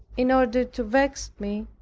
in order to vex me,